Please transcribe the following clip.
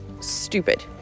stupid